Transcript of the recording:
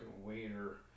waiter